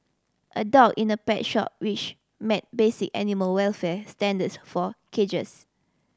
a dog in a pet shop which met basic animal welfare standards for cages